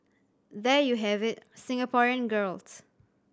there you have it Singaporean girls